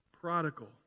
prodigal